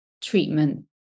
treatment